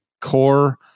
core